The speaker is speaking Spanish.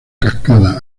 cascada